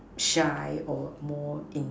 shy or more in